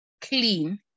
clean